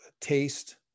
taste